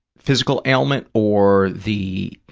physical ailment or the